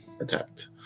attacked